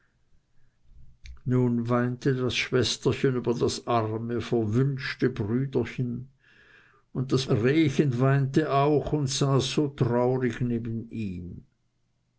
nun weinte das schwesterchen über das arme verwünschte brüderchen und das rehchen weinte auch und saß so traurig neben ihm